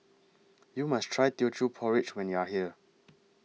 YOU must Try Teochew Porridge when YOU Are here